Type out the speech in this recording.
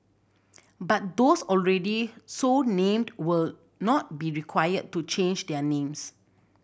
but those already so named will not be required to change their names